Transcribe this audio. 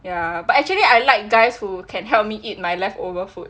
ya but actually I like guys who can help me eat my leftover food